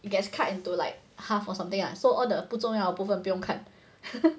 it gets cut into like half or something lah so all the 不重要的部分不用看